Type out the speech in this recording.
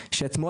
שאתמול,